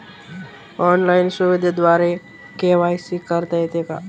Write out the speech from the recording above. Online सुविधेद्वारे KYC करता येते का?